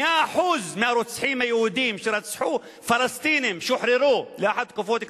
מאה אחוז הרוצחים היהודים שרצחו פלסטינים שוחררו לאחר תקופות קצרות.